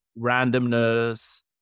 randomness